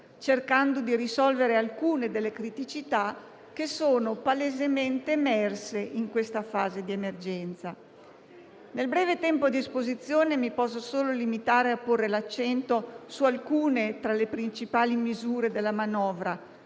cercando di risolvere alcune delle criticità emerse palesemente in questa fase di emergenza. Nel breve tempo a disposizione mi posso solo limitare a porre l'accento su alcune tra le principali misure della manovra,